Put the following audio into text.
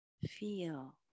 feel